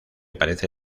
parece